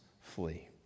flee